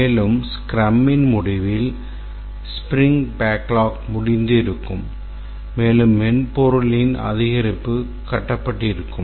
மேலும் ஸ்க்ரமின் முடிவில் ஸ்பிரிங் பேக்லாக் முடிந்து இருக்கும் மேலும் மென்பொருளின் அதிகரிப்பு கட்டப்பட்டிருக்கும்